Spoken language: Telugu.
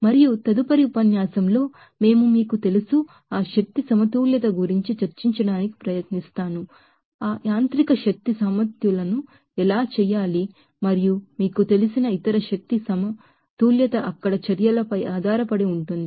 మరియు తదుపరి ఉపన్యాసంలో ఆ శక్తి సమతుల్యత గురించి చర్చించడానికి ప్రయత్నిస్తాము ఆ మెకానికల్ ఎనర్జీ బాలన్స్ ను ఎలా చేయాలి మరియు మీకు తెలిసిన ఇతర ఎనర్జీ బాలన్స్ అక్కడ చర్యలపై ఆధారపడి ఉంటుంది